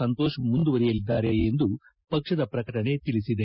ಸಂತೋಷ್ ಮುಂದುವರಿಯಲಿದ್ದಾರೆ ಎಂದು ಪಕ್ಷದ ಪ್ರಕಟಣೆ ತಿಳಿಸಿದೆ